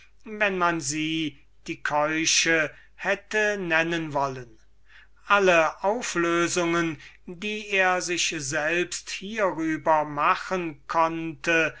wenn man sie die keusche hätte nennen wollen alle auflösungen die er sich selbst hierüber machen konnte